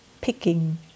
picking